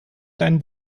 kleinen